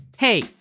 Hey